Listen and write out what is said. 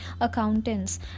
accountants